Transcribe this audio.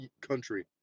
country